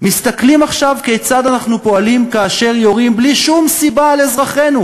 מסתכלים עכשיו כיצד אנחנו פועלים כאשר יורים בלי שום סיבה על אזרחינו,